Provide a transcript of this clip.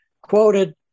quoted